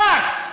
שר.